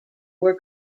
were